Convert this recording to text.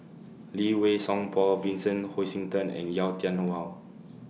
Lee Wei Song Paul Vincent Hoisington and Yau Tian Yau